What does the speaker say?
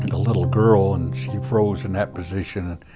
little girl, and she froze in that position.